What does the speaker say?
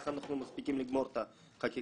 איך אנחנו מספיקים לגמור את החקיקה,